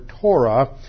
Torah